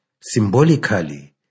Symbolically